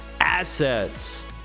assets